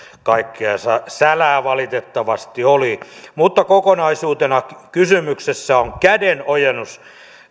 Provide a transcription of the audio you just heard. kaikkea sälää valitettavasti oli mutta kokonaisuutena kysymyksessä on kädenojennus